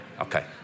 Okay